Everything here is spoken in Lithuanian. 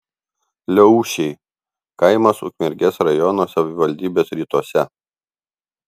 liaušiai kaimas ukmergės rajono savivaldybės rytuose